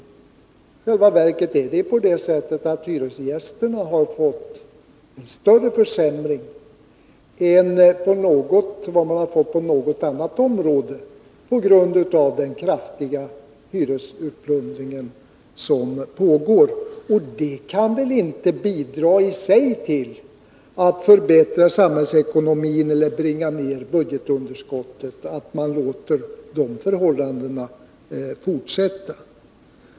I själva verket har hyresgästerna på grund av den kraftiga hyresutplundring som pågår fått en större försämring än vad någon grupp inom något annat område har fått. Att låta sådana förhållanden få fortsätta kan väl i sig inte bidra till att förbättra samhällsekonomin eller att bringa ner budgetunderskottet.